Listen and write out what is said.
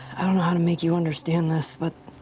i don't know how to make you understand this, but.